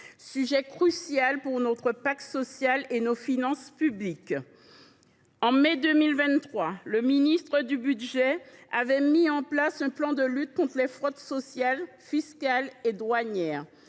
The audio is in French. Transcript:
sujet crucial pour notre pacte social et nos finances publiques. En mai 2023, le ministre chargé des comptes publics a lancé un plan de lutte contre les fraudes sociales, fiscales et douanières,